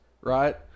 right